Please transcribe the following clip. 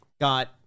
got